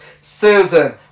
Susan